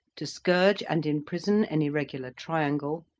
to scourge and imprison any regular triangle,